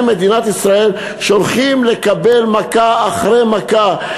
מדינת ישראל שהולכים לקבל מכה אחרי מכה,